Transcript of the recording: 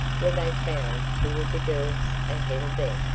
where they found two of the girls ahead of them.